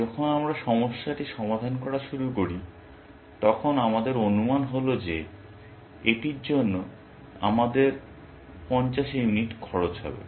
যখন আমরা সমস্যাটি সমাধান করা শুরু করি তখন আমাদের অনুমান হল যে এটির জন্য আমাদের 50 ইউনিট খরচ হবে